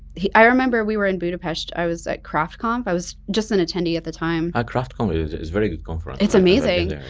i remember we were in budapest, i was at craftconf. i was just an attendee at the time. ah craftconf is is very good conference. it's amazing.